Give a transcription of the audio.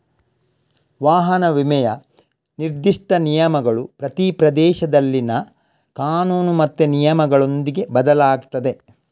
ವಾಹನ ವಿಮೆಯ ನಿರ್ದಿಷ್ಟ ನಿಯಮಗಳು ಪ್ರತಿ ಪ್ರದೇಶದಲ್ಲಿನ ಕಾನೂನು ಮತ್ತೆ ನಿಯಮಗಳೊಂದಿಗೆ ಬದಲಾಗ್ತದೆ